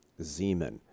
Zeman